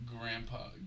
Grandpa